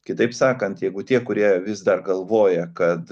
kitaip sakant jeigu tie kurie vis dar galvoja kad